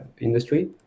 industry